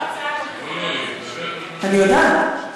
אני יודעת.